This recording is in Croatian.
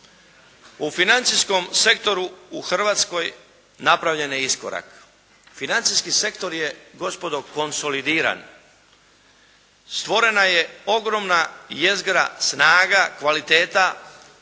u financijskom sektoru u Hrvatskoj napravljen je iskorak. Financijski sektor je gospodo konsolidiran. Stvorena je ogromna jezgra, snaga, kvaliteta,